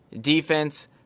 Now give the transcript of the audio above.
defense